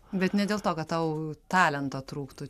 bet ne dėl to kad tau talento trūktų